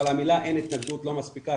אבל המילה "אין התנגדות" לא מספיקה.